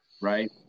right